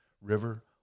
river